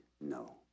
no